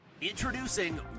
Introducing